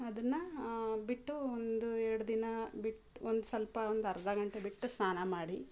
ಅದನ್ನು ಬಿಟ್ಟು ಒಂದು ಎರಡು ದಿನ ಬಿಟ್ಟು ಒಂದು ಸ್ವಲ್ಪ ಒಂದು ಅರ್ಧ ಗಂಟೆ ಬಿಟ್ಟು ಸ್ನಾನ ಮಾಡಿ